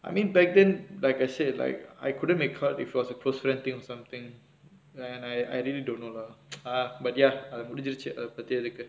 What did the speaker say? I mean back then like I said like I couldn't make cut if it was close friend thing or something right and I I really don't know lah ah but ya அது முடிஞ்சிடிச்சு அத பத்தி எதுக்கு:athu mudinjiduchchu atha paththi ethukku